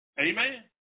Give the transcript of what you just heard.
Amen